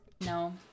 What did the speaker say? no